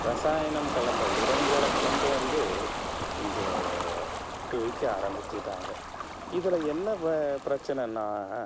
ரசாயனம் கலந்த உரங்களை கொண்டு வந்து இங்கே குவிக்க ஆரம்பிச்சிட்டாங்க இதில் என்ன வ பிரச்சினன்னா